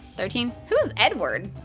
thirteen? who's edward?